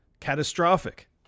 Catastrophic